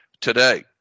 today